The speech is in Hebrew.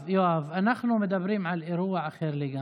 יואב, יואב, אנחנו מדברים על אירוע אחר לגמרי.